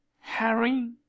Harry